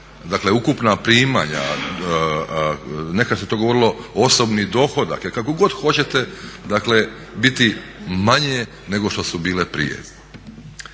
dakle ukupna primanja, nekad se to govorilo osobni dohodak ili kako god hoćete biti manje nego što su bile prije.